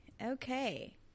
Okay